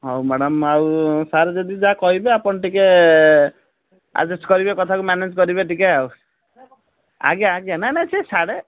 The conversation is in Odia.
ହେଉ ମ୍ୟାଡ଼ାମ୍ ଆଉ ସାର୍ ଯଦି ଯାହା କହିବେ ଆପଣ ଟିକିଏ ଆଡ଼ଜେଷ୍ଟ କରିବେ କଥାକୁ ମ୍ୟାନେଜ୍ କରିବେ ଟିକିଏ ଆଉ ଆଜ୍ଞା ଆଜ୍ଞା ନାଇଁ ସେଇ ସିଆଡ଼େ